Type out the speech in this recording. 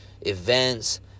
events